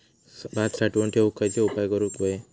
भात साठवून ठेवूक खयचे उपाय करूक व्हये?